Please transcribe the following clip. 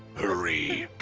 hurry!